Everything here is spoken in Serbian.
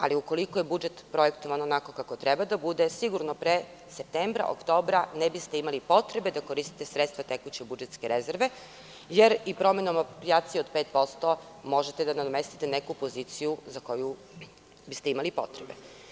Ali, ukoliko je budžet projektovan onako kako treba da bude sigurno pre septembra, oktobra niste imali potrebe da koristite sredstva tekuće budžetske rezerve jer i promenom aproprijacije od 5% možete da nadomestite neku poziciju za koju biste imali potrebe.